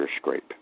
scrape